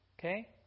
Okay